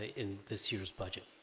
in this year's budget